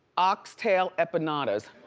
oxtail empanadas.